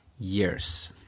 years